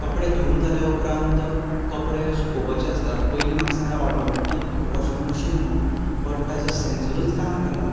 कपडे धुवन जाले उपरांत कपडे सुकोवपाचे आसतात पयलीं म्हाका सांगलें ऑटॉमेटीक वॉशिंग मॅशीन म्हूण बट ताचो सॅन्सरूच काम करना